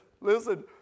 listen